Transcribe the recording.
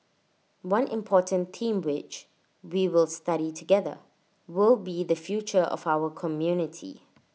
one important theme which we will study together will be the future of our community